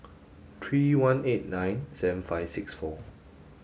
three one eight nine seven five six four